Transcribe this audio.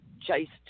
chased